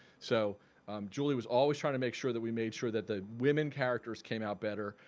so julie was always trying to make sure that we made sure that the women characters came out better.